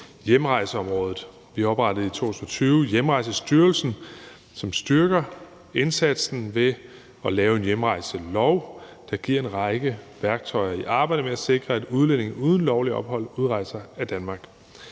hjemrejseområdet. Vi oprettede i 2020 Hjemrejsestyrelsen, som styrker indsatsen, ved at lave en hjemrejselov, der giver en række værktøjer i arbejdet med at sikre, at udlændinge uden lovligt ophold udrejser af Danmark.